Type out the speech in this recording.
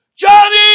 Johnny